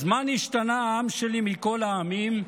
// אז מה נשתנה העם שלי מכל העמים,